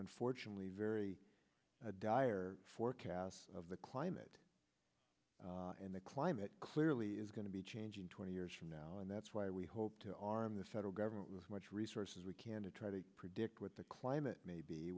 unfortunately very dire forecasts of the climate and the climate clearly is going to be changing twenty years from now and that's why we hope to arm the federal government with much resources we can to try to predict what the climate may be